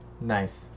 Nice